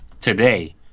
today